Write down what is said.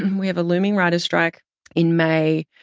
and we have a looming writers' strike in may.